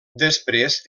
després